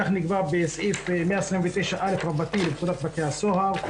כך נקבע בסעיף 129א לפקודת בתי הסוהר,